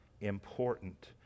important